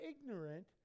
ignorant